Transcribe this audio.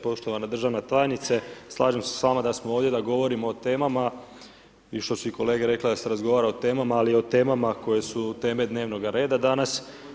Poštovana državna tajnice slažem se s vama da smo ovdje da govorimo o temama i što su i kolege rekle da se razgovara o temama ali i o temama koje su teme dnevnoga reda danas.